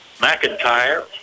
McIntyre